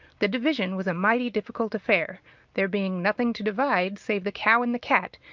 the division was a mighty difficult affair there being nothing to divide save the cow and the cat,